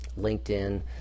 linkedin